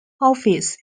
office